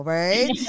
right